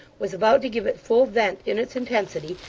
was about to give it full vent in its intensity,